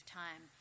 time